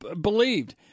believed